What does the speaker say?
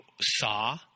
saw